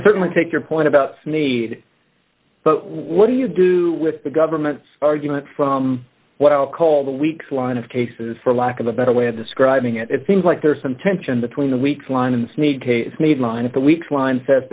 certainly take your point about sneed but what do you do with the government's argument from what i'll call the weeks line of cases for lack of a better way of describing it it seems like there's some tension between the weeks line and snead case need line of the weeks line